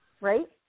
right